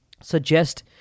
suggest